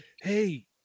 hey